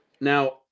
now